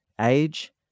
age